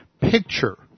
picture